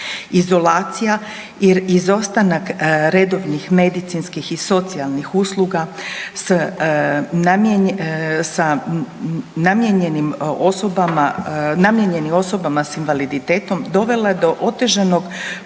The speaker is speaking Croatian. Izolacija i izostanak redovnih medicinskih i socijalnih usluga sa namijenjenim, namijenjenim osobama s invaliditetom dovela je do otežanog